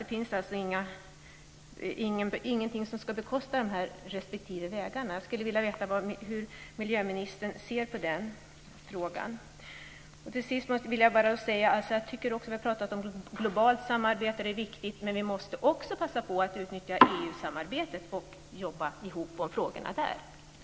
Det finns alltså inga medel för att bekosta dessa vägskador. Jag skulle vilja veta hur miljöministern ser på den frågan. Jag vill till sist säga att det är viktigt att tala om globalt samarbete, som här har berörts, men att vi också måste utnyttja möjligheterna att samarbeta inom EU i dessa frågor.